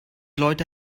leute